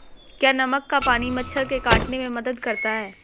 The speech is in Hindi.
क्या नमक का पानी मच्छर के काटने में मदद करता है?